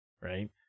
right